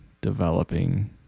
developing